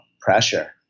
pressure